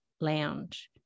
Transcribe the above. lounge